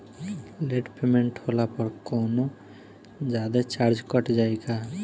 Late payment होला पर कौनोजादे चार्ज कट जायी का?